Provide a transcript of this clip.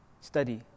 study